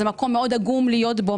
זה מקום מאוד עגום להיות בו,